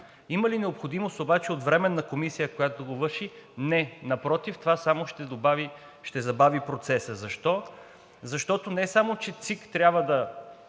Има ли необходимост обаче от Временна комисия, която да го върши? Не, напротив, това само ще забави процеса. Защо? Защото не само че ЦИК трябва да